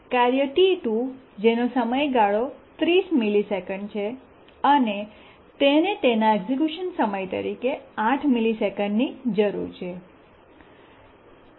કાર્ય T2 જેનો સમયગાળો 30 મિલિસેકન્ડ છે અને તેને તેના એક્ઝેક્યુશન સમય તરીકે 8 મિલિસેકંડની જરૂર છે